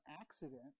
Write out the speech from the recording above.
accident